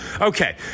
Okay